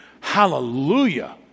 Hallelujah